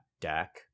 deck